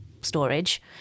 storage